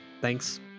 Thanks